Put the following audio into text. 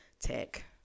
Tech